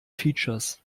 features